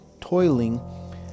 toiling